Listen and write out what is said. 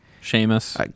Sheamus